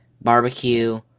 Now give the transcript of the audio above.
barbecue